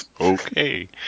Okay